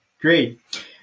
Great